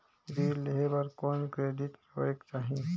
ऋण लेहे बर कौन क्रेडिट होयक चाही?